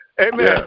Amen